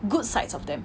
good sides of them